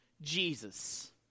Jesus